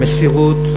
המסירות,